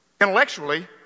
intellectually